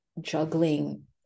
juggling